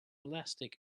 elastic